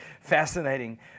fascinating